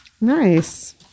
Nice